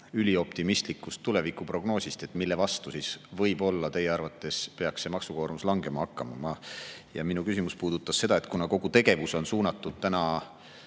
ülioptimistlikust tulevikuprognoosist, mille [järgi] võib-olla teie arvates peaks see maksukoormus langema hakkama. Minu küsimus puudutas seda, et kuna kogu tegevus ei ole täna